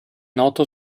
noto